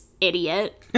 idiot